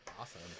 Awesome